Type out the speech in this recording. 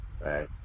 right